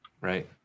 Right